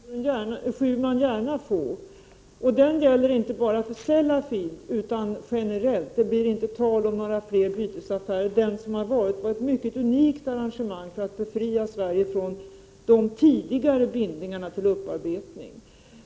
Herr talman! Jag vill gärna ge Gudrun Schyman en sådan försäkran, och 10 november 1988 den gäller generellt, inte bara för Sellafield — det blir inte tal om några fler. Jä. ss sa gon bytesaffärer. Det som har skett var ett mycket unikt arrangemang i syfte att befria Sverige från de tidigare bindningarna till upparbetning.